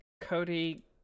Cody